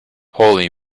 holy